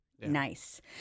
nice